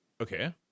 Okay